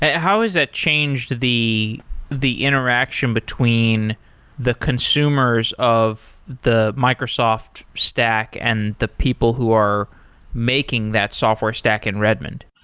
how has that it changed the the interaction between the consumers of the microsoft stack and the people who are making that software stack in redmond?